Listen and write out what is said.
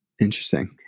Interesting